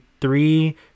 three